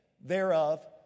thereof